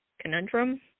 conundrum